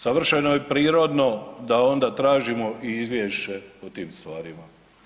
Savršeno je i prirodno da onda tražimo i izvješće o tim stvarima.